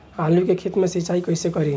आलू के खेत मे सिचाई कइसे करीं?